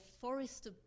forest